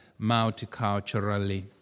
multiculturally